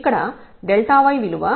ఇక్కడ y విలువ f x విలువ 2x అవుతుంది